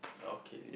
okay